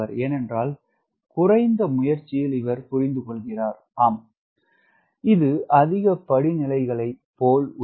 ஏனென்றால் குறைந்த முயற்சியில் இவர் புரிந்து கொள்கிறார் ஆம் இது அதிக படிநிலைகளை போல் உயரும்